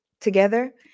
together